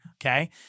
Okay